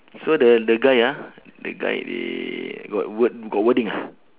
so the the guy ah the guy got word got wording ah